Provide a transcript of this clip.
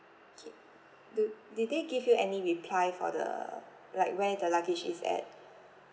K do did they give you any reply for the like where the luggage is at